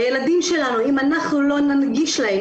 אם לא ננגיש לילדים שלנו,